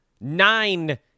Nine